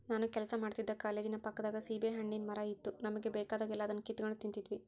ನಾನು ಕೆಲಸ ಮಾಡ್ತಿದ್ದ ಕಾಲೇಜಿನ ಪಕ್ಕದಾಗ ಸೀಬೆಹಣ್ಣಿನ್ ಮರ ಇತ್ತು ನಮುಗೆ ಬೇಕಾದಾಗೆಲ್ಲ ಅದುನ್ನ ಕಿತಿಗೆಂಡ್ ತಿಂತಿದ್ವಿ